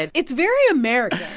and it's very american,